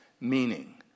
meaning